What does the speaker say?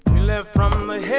live from